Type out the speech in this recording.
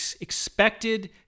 expected